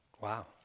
Wow